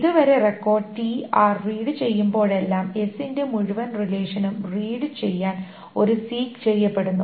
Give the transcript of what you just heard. ഇതുവരെ record tr read ചെയ്യുമ്പോഴെല്ലാം s ന്റെ മുഴുവൻ റിലേഷനും റീഡ് ചെയ്യാൻ ഒരു സീക് ചെയ്യപ്പെടുന്നു